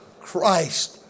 Christ